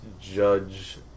Judge